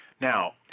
Now